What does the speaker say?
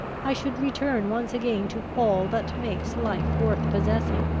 i should return once again to all that makes life worth possessing.